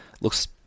Looks